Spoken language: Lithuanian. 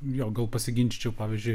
jo gal pasiginčyčiau pavyzdžiu